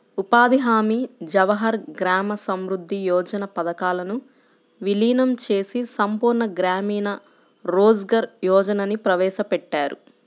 ఉపాధి హామీ, జవహర్ గ్రామ సమృద్ధి యోజన పథకాలను వీలీనం చేసి సంపూర్ణ గ్రామీణ రోజ్గార్ యోజనని ప్రవేశపెట్టారు